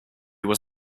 was